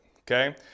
okay